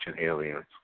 aliens